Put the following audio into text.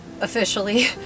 officially